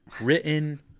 written